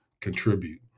contribute